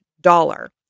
dollar